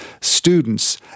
students